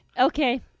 Okay